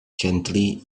gently